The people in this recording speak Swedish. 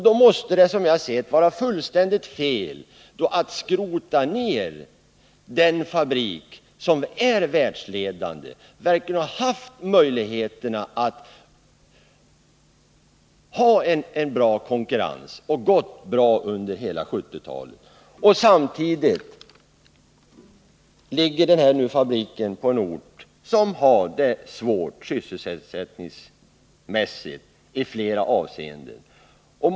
Då måste det, som jag ser det, vara fullständigt fel att skrota ner en fabrik som är världsledande på området och som har varit konkurrenskraftig och gått bra under hela 1970-talet. Samtidigt ligger den här fabriken på en ort som har det svårt ur sysselsättningssynpunkt.